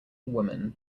woman